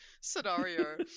scenario